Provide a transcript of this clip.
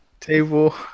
table